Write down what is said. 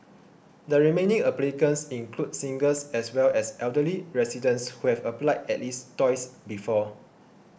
the remaining applicants include singles as well as elderly residents who have applied at least twice before